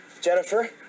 Jennifer